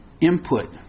input